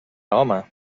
home